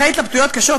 אחרי התלבטויות קשות,